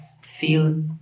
feel